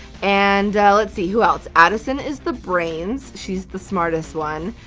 and let's see, who else? addison is the brains. she's the smartest one.